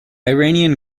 iranian